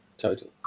total